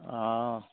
অঁ